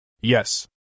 Yes